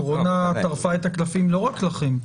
הקורונה טרפה את הקלפים לא רק לכם.